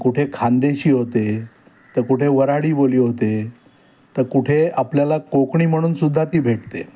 कुठे खानदेशी होते तर कुठे वऱ्हाडी बोली होते तर कुठे आपल्याला कोकणी म्हणूनसुद्धा ती भेटते